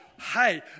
hey